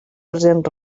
present